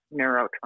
neurotrauma